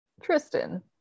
Tristan